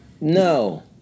No